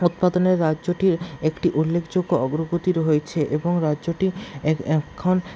উৎপাদনে রাজ্যটির একটি উল্লেখযোগ্য অগ্রগতি রয়েছে এবং রাজ্যটি এক এক্ষণ